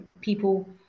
people